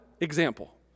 example